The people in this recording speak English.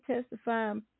testifying